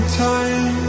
time